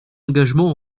engagements